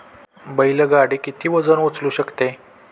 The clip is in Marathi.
बैल गाडी किती वजन उचलू शकते?